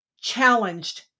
challenged